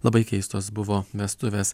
labai keistos buvo vestuvės